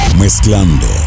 Mezclando